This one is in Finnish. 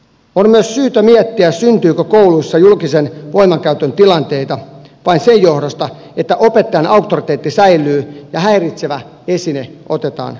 on myös syytä miettiä syntyykö kouluissa julkisen voimankäytön tilanteita vain sen johdosta että opettajan auktoriteetti säilyy ja häiritsevä esine otetaan pois